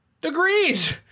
degrees